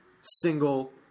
single